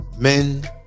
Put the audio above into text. Men